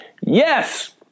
Yes